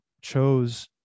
chose